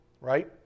right